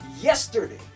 yesterday